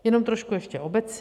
Jenom trošku ještě obecně.